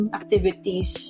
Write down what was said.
activities